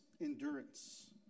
endurance